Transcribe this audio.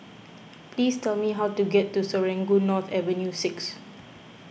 please tell me how to get to Serangoon North Avenue six